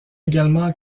également